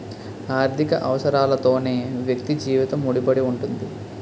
ఆర్థిక అవసరాలతోనే వ్యక్తి జీవితం ముడిపడి ఉంటుంది